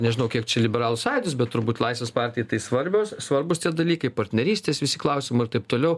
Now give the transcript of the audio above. nežinau kiek čia liberalų sąjūdis bet turbūt laisvės partijai tai svarbios svarbūs tie dalykai partnerystės visi klausimai ir taip toliau